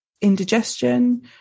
indigestion